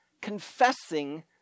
confessing